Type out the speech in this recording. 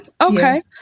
okay